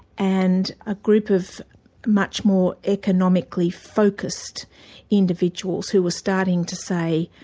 and a group of much more economically focused individuals who were starting to say,